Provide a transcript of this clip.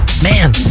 Man